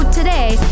today